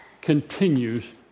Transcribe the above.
continues